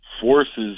forces